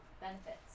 benefits